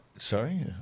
Sorry